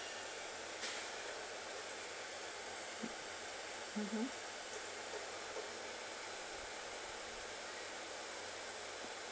mmhmm